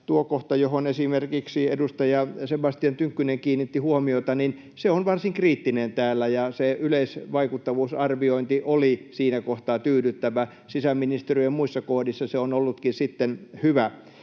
tuo kohta täällä, johon esimerkiksi edustaja Sebastian Tynkkynen kiinnitti huomiota, on varsin kriittinen, ja se yleisvaikuttavuusarviointi oli siinä kohtaa tyydyttävä. Sisäministeriön muissa kohdissa se on ollutkin sitten hyvä.